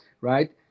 right